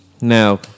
now